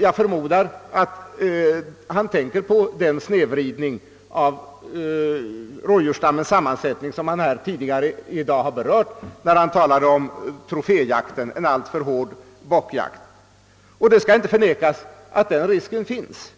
Jag förmodar att han tänker på den snedvridning av rådjursstammens sammansättning som han tidigare i dag berörde när han talade om troféjakten, en alltför hård bockjakt. Det skall inte förnekas att risken för snedvridning finns